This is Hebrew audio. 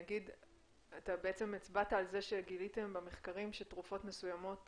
בעצם הצבעת על זה שגיליתם במחקרים שתרופות מסוימות